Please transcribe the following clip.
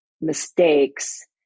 mistakes